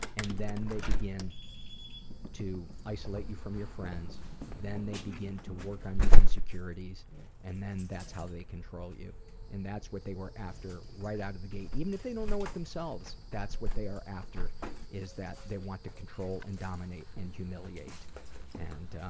and then they begin to isolate you from your friends, then they begin to work on your insecurities and then that's how they control you and that's what they were after right out of the gate, even if they don't know it themselves. that's what they are after is that they want to control and dominate and humiliate and